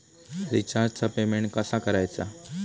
रिचार्जचा पेमेंट कसा करायचा?